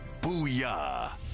Booyah